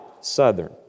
southern